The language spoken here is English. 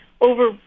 over